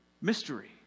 mystery